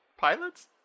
pilots